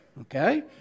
Okay